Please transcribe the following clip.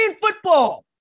football